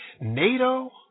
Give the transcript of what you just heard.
NATO